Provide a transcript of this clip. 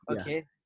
Okay